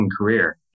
career